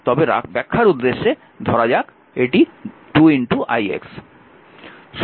তবে ব্যাখ্যার উদ্দেশ্যে ধরা যাক এটি 2 ix